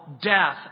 death